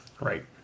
Right